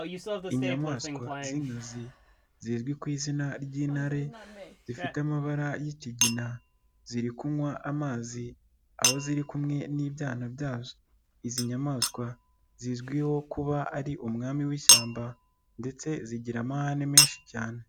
Inyamaswa z'inkazi zizwi ku izina ry'intare, zifite amabara y'ikigina, ziri kunywa amazi, aho ziri kumwe n'ibyana byazo. Izi nyamaswa zizwiho kuba ari umwami w'ishyamba ndetse zigira amahane menshi cyane.